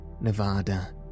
Nevada